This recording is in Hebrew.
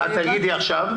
תגידי עכשיו.